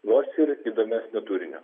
nors ir įdomesnio turinio